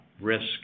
risk